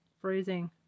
freezing